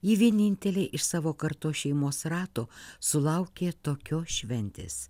ji vienintelė iš savo kartos šeimos rato sulaukė tokios šventės